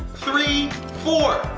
three, four.